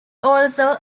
also